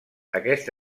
aquest